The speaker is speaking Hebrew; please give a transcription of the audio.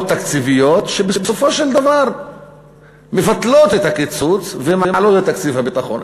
תקציביות שבסופו של דבר מבטלות את הקיצוץ ומעלות את תקציב הביטחון.